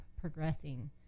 progressing